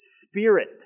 Spirit